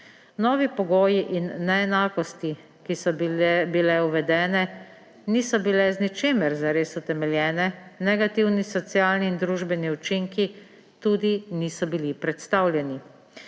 Novi pogoji in neenakosti, ki so bile uvedene, niso bile z ničemer zares utemeljene. Negativni socialni in družbeni učinki tudi niso bili predstavljeni.